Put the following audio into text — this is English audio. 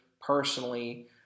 personally